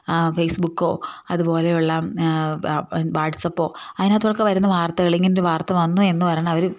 ഫേസ്ബുക്കോ അതുപോലെയുള്ള വാട്സപ്പോ അതിനകത്തൊക്കെ വരുന്ന വാർത്തകൾ ഇങ്ങനെ ഒരു വാർത്ത വന്നു എന്നു പറഞ്ഞു അവർ